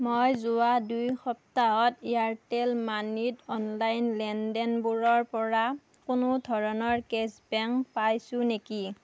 মই যোৱা দুই সপ্তাহত এয়াৰটেল মানিত অনলাইন লেনদেনবোৰৰ পৰা কোনো ধৰণৰ কেশ্ববেক পাইছোঁ নেকি